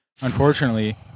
Unfortunately